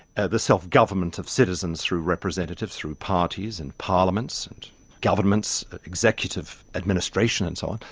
the self-government of citizens through representatives, through parties and parliaments and governments, executive administration and so on,